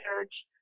church